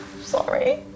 Sorry